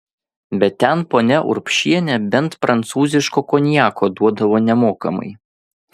bet ten ponia urbšienė bent prancūziško konjako duodavo nemokamai